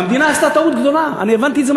המדינה עשתה טעות גדולה מאוד,